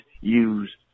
use